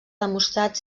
demostrat